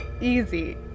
easy